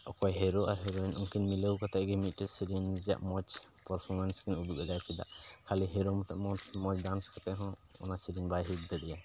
ᱚᱠᱚᱭ ᱦᱤᱨᱳ ᱟᱨ ᱦᱤᱨᱳᱭᱤᱱ ᱩᱱᱠᱤᱱ ᱢᱤᱞᱟᱹᱣ ᱠᱟᱛᱮᱫ ᱜᱮ ᱢᱤᱫᱴᱮᱱ ᱥᱮᱨᱮᱧ ᱨᱮᱭᱟᱜ ᱢᱚᱡᱽ ᱯᱟᱨᱯᱷᱚᱨᱢᱮᱱᱥ ᱠᱤᱱ ᱩᱫᱩᱜ ᱫᱟᱲᱮᱭᱟᱜᱼᱟ ᱪᱮᱫᱟᱜ ᱠᱷᱟᱹᱞᱤ ᱦᱤᱨᱳ ᱢᱚᱛᱚ ᱢᱚᱡᱽ ᱰᱟᱱᱥ ᱠᱟᱛᱮᱫ ᱦᱚᱸ ᱚᱱᱟ ᱥᱮᱨᱮᱧ ᱵᱟᱭ ᱦᱤᱴ ᱫᱟᱲᱮᱭᱟᱜᱼᱟ